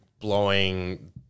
blowing